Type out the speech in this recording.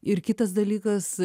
ir kitas dalykas